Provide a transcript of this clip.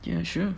ya sure